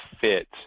fit